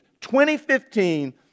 2015